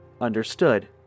Understood